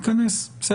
ניכנס לזה.